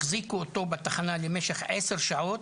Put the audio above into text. החזיקו אותו בתחנה למשך 10 שעות,